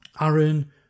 Aaron